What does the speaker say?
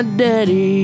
daddy